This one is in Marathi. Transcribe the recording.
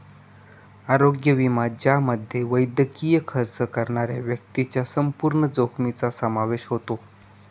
आरोग्य विमा ज्यामध्ये वैद्यकीय खर्च करणाऱ्या व्यक्तीच्या संपूर्ण जोखमीचा समावेश होतो